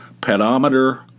Pedometer